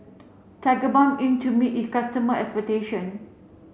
Tigerbalm aim to meet its customer expectation